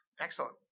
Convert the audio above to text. Excellent